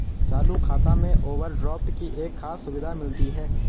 चालू खाता में ओवरड्राफ्ट की एक खास सुविधा मिलती है